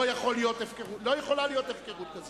לא יכולה להיות הפקרות כזו.